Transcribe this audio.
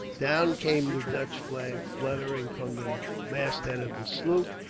down came the dutch flag, fluttering from the masthead of the sloop,